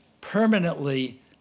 permanently